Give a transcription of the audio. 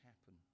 happen